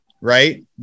right